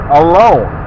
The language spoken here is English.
alone